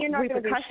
repercussions